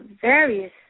various